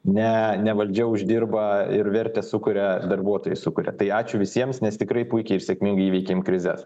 ne ne valdžia uždirba ir vertę sukuria darbuotojai sukuria tai ačiū visiems nes tikrai puikiai ir sėkmingai įveikėm krizes